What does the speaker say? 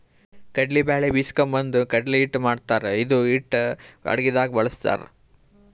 ಕಡ್ಲಿ ಬ್ಯಾಳಿ ಬೀಸ್ಕೊಂಡು ಬಂದು ಕಡ್ಲಿ ಹಿಟ್ಟ್ ಮಾಡ್ತಾರ್ ಇದು ಹಿಟ್ಟ್ ಅಡಗಿದಾಗ್ ಬಳಸ್ತಾರ್